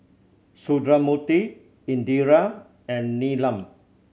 Sundramoorthy Indira and Neelam